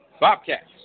Bobcats